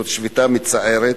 זאת שביתה מצערת.